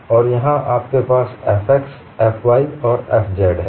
और यहाँ आपके पास F x F y और F z है